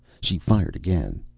she fired again.